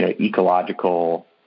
ecological